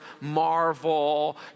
Marvel